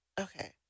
Okay